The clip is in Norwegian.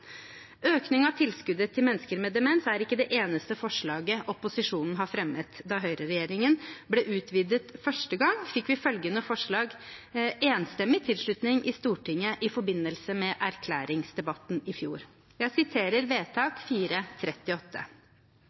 Økning av tilskuddet til mennesker med demens er ikke det eneste forslaget opposisjonen har fremmet. Da høyreregjeringen ble utvidet første gang, fikk følgende forslag enstemmig tilslutning i Stortinget i forbindelse med erklæringsdebatten i fjor. Jeg siterer vedtak